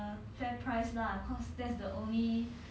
but luckily 我找到工作 sia